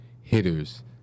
hitters